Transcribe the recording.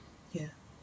ya